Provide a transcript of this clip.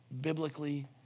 biblically